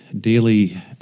daily